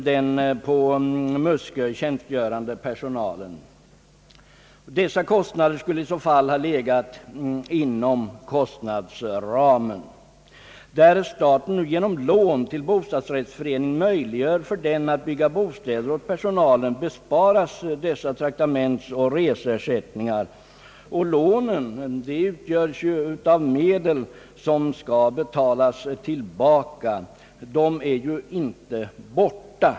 Dessa kostnader skulle i så fall ha legat inom kostnadsramen. Därest staten genom lån till bostadsrättsföreningen möjliggör för den att bygga bostäder åt personalen, inbesparas dessa traktamenten och reseersättningar. Lånet utgörs ju av medel som skall betalas tillbaka. Pengarna är inte borta.